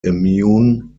immune